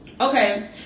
Okay